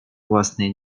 własnej